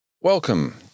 Welcome